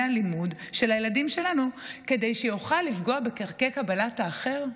הלימוד של הילדים שלנו כדי שיוכל לפגוע בערכי קבלת האחר.